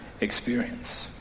experience